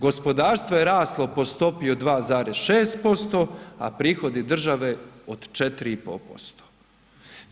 Gospodarstvo je raslo po stopi od 2,6%, a prihodi države od 4,5%